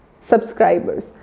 Subscribers